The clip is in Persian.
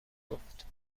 گفت